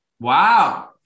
Wow